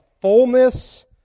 fullness